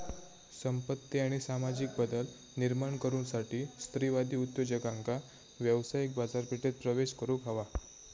संपत्ती आणि सामाजिक बदल निर्माण करुसाठी स्त्रीवादी उद्योजकांका व्यावसायिक बाजारपेठेत प्रवेश करुक हवा